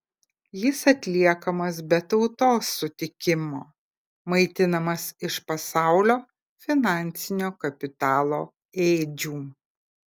jis atliekamas be tautos sutikimo maitinamas iš pasaulio finansinio kapitalo ėdžių